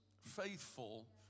faithful